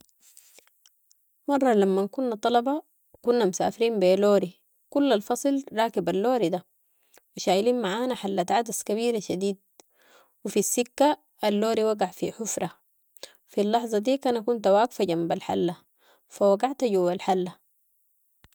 مره لمن كنا طلبة، كنا مسافرين بي لوري، كل الفصل راكب اللوري ده و شايلين معانا حلة عدس كبيره شديد و في السكة اللوري وقع في حفرة، في اللحظة ديك انا كنت واقفة جنب الحلة، فوقعت جوه الحلة.